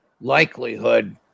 likelihood